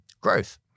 growth